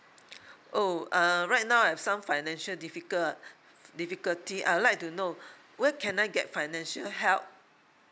oh uh right now I've some financial difficult difficulty I would like to know where can I get financial help